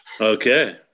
Okay